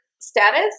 Status